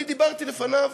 דיברתי לפניו